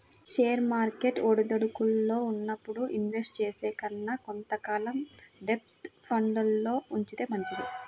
share market ఒడిదుడుకుల్లో ఉన్నప్పుడు invest చేసే కన్నా కొంత కాలం డెబ్ట్ ఫండ్లల్లో ఉంచితే మంచిది